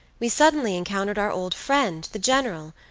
we suddenly encountered our old friend, the general,